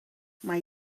mae